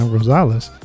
Rosales